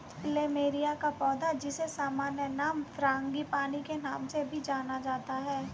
plumeria का पौधा, जिसे सामान्य नाम फ्रांगीपानी के नाम से भी जाना जाता है